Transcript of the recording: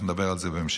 אנחנו נדבר על זה בהמשך.